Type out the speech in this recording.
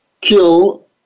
kill